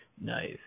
Nice